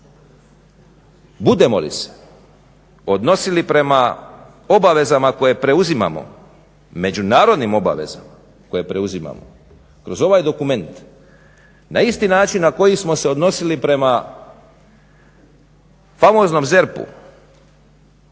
Budemo li se odnosili prema obavezama koje preuzimamo, međunarodnim obavezama koje preuzimamo kroz ovaj dokument na isti način na koji smo se odnosili prema famoznom ZERP-u